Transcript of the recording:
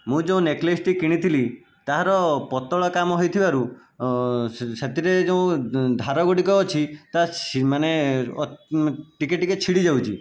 ମୁଁ ଯେଉଁ ନେକଲେସଟି କିଣିଥିଲି ତାହାର ପତଳା କାମ ହୋଇଥିବାରୁ ସେ ସେଥିରେ ଯଉଁ ଧାର ଗୁଡ଼ିକ ଅଛି ତା ମାନେ ଟିକିଏ ଟିକେ ଛିଡ଼ି ଯାଉଛି